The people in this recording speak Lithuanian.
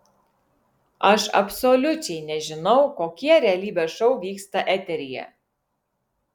aš absoliučiai nežinau kokie realybės šou vyksta eteryje